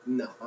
no